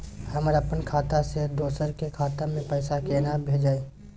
हम अपन खाता से दोसर के खाता में पैसा केना भेजिए?